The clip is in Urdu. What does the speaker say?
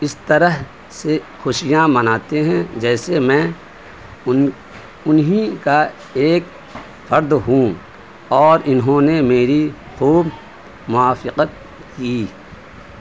اس طرح سے خوشیاں مناتے ہیں جیسے میں ان انہیں کا ایک فرد ہوں اور انہوں نے میری خوب موافقت کی